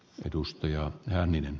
arvoisa puhemies